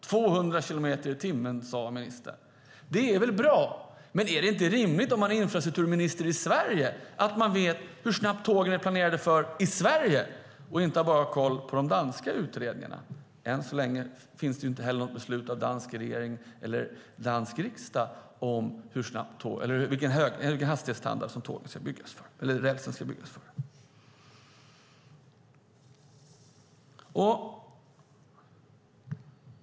Ministern sade att det är 200 kilometer i timmen. Det är väl bra, men är det inte rimligt om man är infrastrukturminister i Sverige att veta hur snabbt tågen är planerade att gå i Sverige och inte bara ha koll på de danska utredningarna? Än så länge finns det heller inte något beslut av dansk regering eller dansk riksdag om vilken hastighetsstandard rälsen ska byggas för.